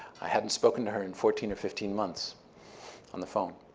i hadn't spoken to her in fourteen or fifteen months on the phone.